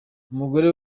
umugore